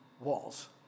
walls